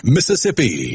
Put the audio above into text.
Mississippi